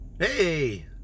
Hey